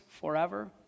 forever